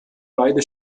beide